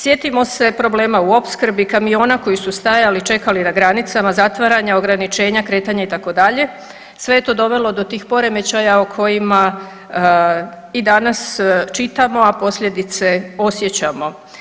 Sjetimo se problema u opskrbi kamiona koji su stajali i čekali na granicama, zatvaranja, ograničenja kretanja itd., sve je to dovelo do tih poremećaja o kojima i danas čitamo, a posljedice osjećamo.